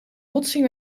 botsing